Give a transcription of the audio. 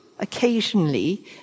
occasionally